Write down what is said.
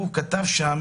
הוא כתב,